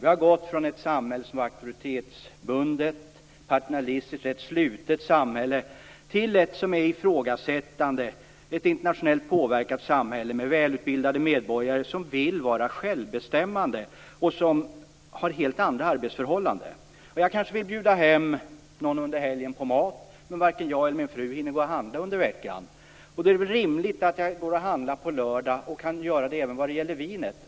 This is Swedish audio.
Vi har gått från ett samhälle som var auktoritetsbundet, patriarkaliskt och slutet till ett som är ifrågasättande och internationellt påverkat, med välutbildade medborgare som vill vara självbestämmande och som har helt andra arbetsförhållanden. Jag kanske vill bjuda hem någon på mat under helgen, men varken jag eller min fru hinner gå och handla under veckan. Då är det väl rimligt att jag handlar på lördagen och kan göra det även vad gäller vinet.